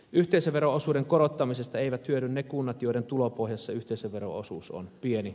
yhteisövero osuuden korottamisesta eivät hyödy ne kunnat joiden tulopohjassa yhteisöveron osuus on pieni